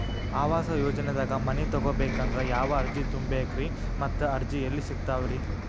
ಆವಾಸ ಯೋಜನೆದಾಗ ಮನಿ ತೊಗೋಬೇಕಂದ್ರ ಯಾವ ಅರ್ಜಿ ತುಂಬೇಕ್ರಿ ಮತ್ತ ಅರ್ಜಿ ಎಲ್ಲಿ ಸಿಗತಾವ್ರಿ?